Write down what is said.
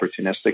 opportunistic